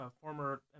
former